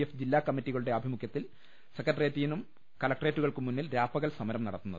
F ജില്ലാക്കമ്മറ്റി കളുടെ ആഭിമുഖ്യത്തിൽ സെക്രട്ടേറിയറ്റിനും കലക്ടറേറ്റുകൾക്കും മുമ്പിൽ രാപ്പകൽ സമരം നടത്തുന്നത്